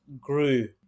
grew